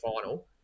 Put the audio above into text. final